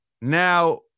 Now